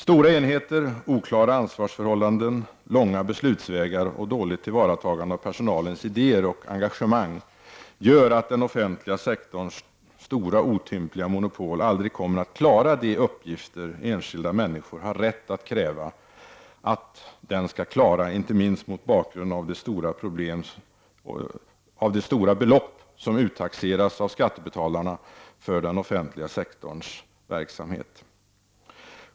Stora enheter, oklara ansvarsförhållanden, långa beslutsvägar och dåligt tillvaratagande av personalens idéer och engagemang gör att den offentliga sektorns stora otympliga monopol aldrig kommer att klara de uppgifter enskilda människor har rätt att kräva att den skall klara, inte minst mot bakgrund av de stora belopp som uttaxeras av skattebetalarna för den offentliga sektorns verksamhet.